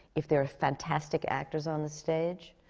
if there are fantastic actors on the stage,